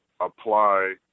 apply